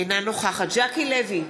אינה נוכחת ז'קי לוי,